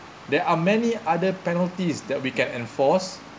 there are many other penalties that we can enforce